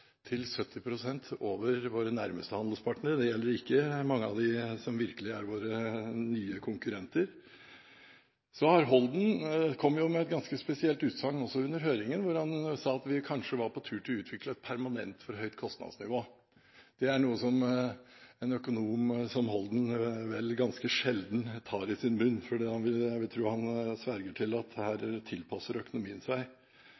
70 pst. over våre nærmeste handelspartnere, og da snakker vi ikke om mange av dem som virkelig er våre nye konkurrenter. Steinar Holden kom også med et ganske spesielt utsagn under høringen, hvor han sa at vi kanskje var på tur til å utvikle et permanent for høyt kostnadsnivå. Det er noe en økonom som Holden vel ganske sjelden tar i sin munn, for jeg vil tro han sverger til at økonomien tilpasser seg.